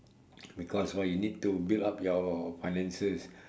because why you need to build up your finances